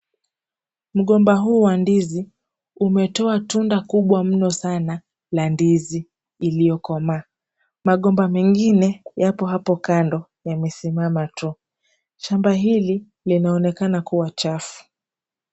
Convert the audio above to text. Mgomba huu wa ndizi umetoa tunda kubwa mno sana la ndizi iliokoma. Magomba mengine yapo hapo kando yamesimama tu. Shamba hili linonekana kuwa chafu.